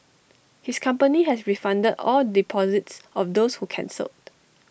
his company has refunded all deposits of those who cancelled